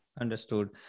Understood